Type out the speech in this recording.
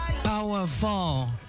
Powerful